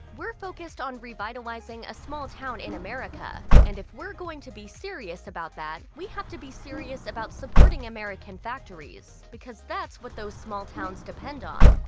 we're focused on revitalizing a small town in america. and if we're going to be serious about that, we have to be serious about supporting american factories because that's what those small towns depend on.